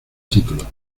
título